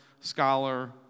scholar